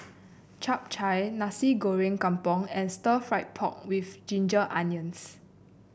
Chap Chai Nasi Goreng Kampung and stir fry pork with Ginger Onions